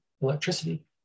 electricity